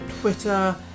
Twitter